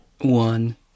One